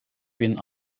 bin